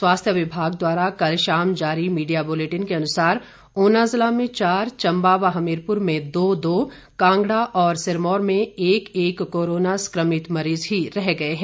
स्वास्थ्य विभाग द्वारा कल शाम जारी मीडिया बुलेटिन के अनुसार ऊना जिला में चार चंबा व हमीरपुर में दो दो कांगड़ा और सिरमौर में एक एक कोरोना संक्रमित मरीज ही रह गए हैं